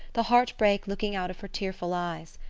the heartbreak looking out of her tearful eyes.